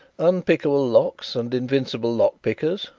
unpickable locks and invincible lock-pickers,